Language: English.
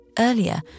Earlier